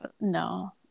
No